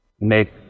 make